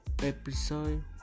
Episode